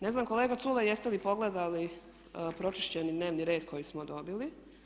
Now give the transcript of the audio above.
Ne znam kolega Culej jeste li pogledali pročišćeni dnevni red koji smo dobili?